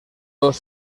dos